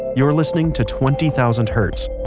you're listening to twenty thousand hertz.